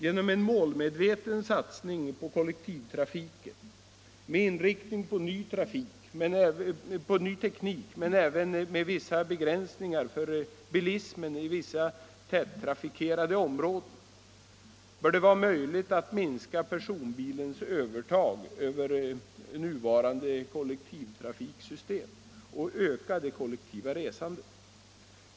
Genom en målmedveten satsning på kollektivtrafiken, med inriktning på en ny teknik, men även genom vissa begränsningar för bilismen i vissa tättrafikerade områden bör det vara möjligt att minska personbilens övertag över nuvarande kollektivtrafiksystem och öka det kollektiva resandet.